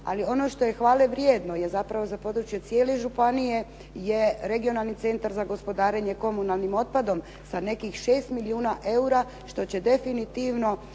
Ali ono što je hvalevrijedno je zapravo za područje cijele županije je Regionalni centar za gospodarenje komunalnim otpadom sa nekih 6 milijuna eura što će definitivno